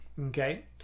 okay